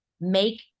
make